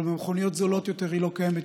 אבל במכוניות זולות יותר היא לא קיימת,